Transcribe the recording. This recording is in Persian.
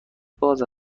باز